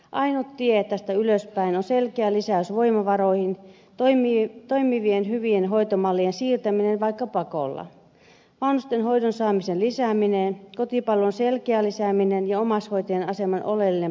ainut tie tästä ylöspäin on selkeä lisäys voimavaroihin toimivien hyvien hoitomallien siirtäminen vaikka pakolla vanhustenhoidon saamisen lisääminen kotipalvelun selkeä lisääminen ja omaishoitajien aseman oleellinen parantaminen